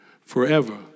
forever